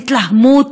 התלהמות,